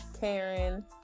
Karen